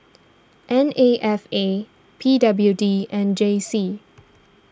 N A F A P W D and J C